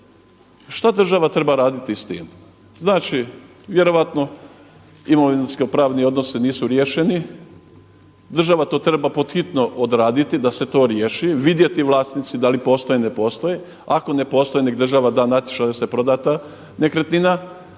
šta država treba raditi s tim? Znači vjerojatno imovinsko-pravni odnosi nisu riješeni, država to treba pod hitno odraditi da se to riješi, vidjeti vlasnici da li postoje, ne postoje. Ako ne postoje nek' država da natječaj da se proda ta nekretnina